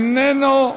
איננו,